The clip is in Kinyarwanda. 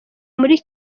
muri